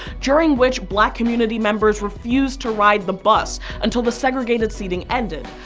during which black community members refused to ride the bus until the segregated seating ended.